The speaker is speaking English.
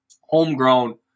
Homegrown